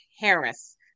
Harris